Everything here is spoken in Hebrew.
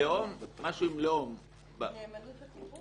אם עשית את זה בשביל שאני אבוא, לא הייתם צריכים.